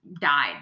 died